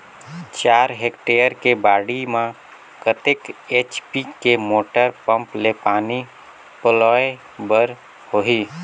चार हेक्टेयर के बाड़ी म कतेक एच.पी के मोटर पम्म ले पानी पलोय बर होही?